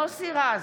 מוסי רז,